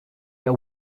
are